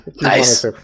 Nice